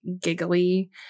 giggly